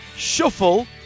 shuffle